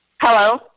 Hello